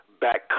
back